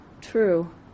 True